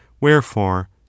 wherefore